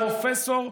פרופסור,